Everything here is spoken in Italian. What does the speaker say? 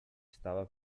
stava